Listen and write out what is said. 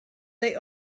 they